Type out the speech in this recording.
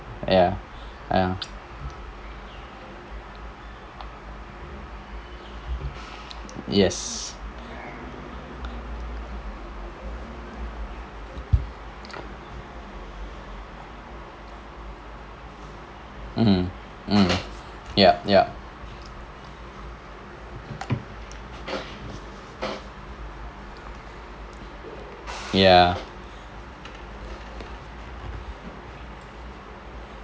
ya ah yes mmhmm mm yup yup ya